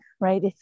right